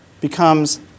becomes